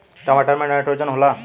टमाटर मे नाइट्रोजन होला?